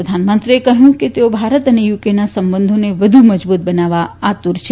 પ્રધાનમંત્રીએ કહ્યું કે તેઓ ભારત અને યુકેના સંબંધોને વધુ મજબૂત બનાવવા આતુર છે